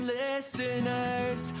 listeners